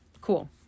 cool